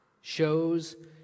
shows